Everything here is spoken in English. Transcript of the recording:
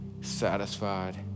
satisfied